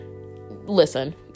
listen